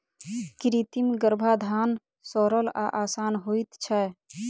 कृत्रिम गर्भाधान सरल आ आसान होइत छै